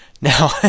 Now